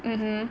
mmhmm